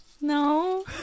No